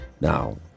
now